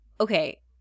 okay